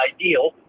ideal